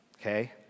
okay